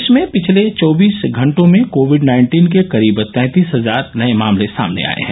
देश में पिछले चौबीस घंटों में कोविड नाइन्टीन के करीब तैंतीस हजार नए मामले सामने आए है